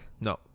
No